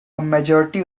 majority